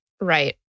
Right